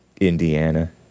Indiana